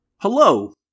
Hello